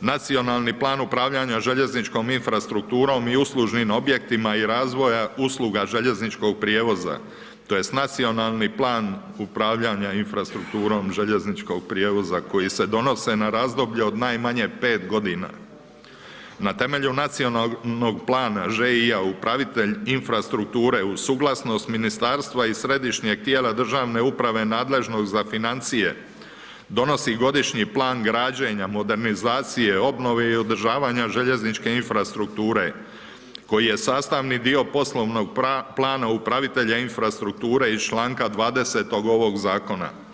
nacionalni plan upravljanja željezničkom infrastrukturom i uslužnim objektima i razvoja usluga željezničkog prijevoza, tj. nacionalni plan upravljanja infrastrukturom željezničkog prijevoza koji se donose na razdoblje od najmanje 5 g. Na temelju nacionalnog plana ŽI-a, upravitelj infrastrukture, uz suglasnost ministarstva i središnjeg tijela državne uprave nadležnog za financije, donosi godišnji plan građenja, modernizacije, obnove i održavanja željezničke infrastrukture, koji je sastavni dio poslovnog plana upravitelja infrastrukture, iz čl. 20. ovog zakona.